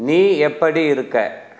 நீ எப்படி இருக்க